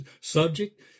subject